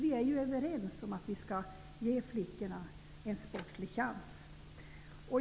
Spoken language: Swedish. Vi är ju överens om att vi skall ge flickorna en sportlig chans.